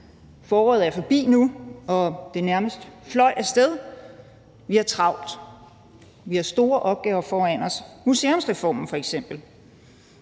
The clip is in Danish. foråret er forbi nu, og det nærmest fløj af sted, vi har travlt. Vi har store opgaver foran os, museumsreformen f.eks.